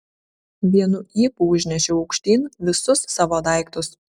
vienu ypu užnešiau aukštyn visus savo daiktus